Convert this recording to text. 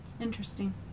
Interesting